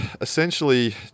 essentially